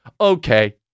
Okay